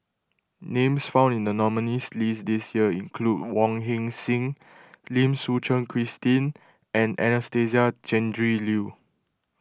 names found in the nominees' list this year include Wong Heck Sing Lim Suchen Christine and Anastasia Tjendri Liew